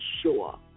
sure